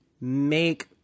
make –